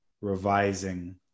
revising